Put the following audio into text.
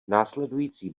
následující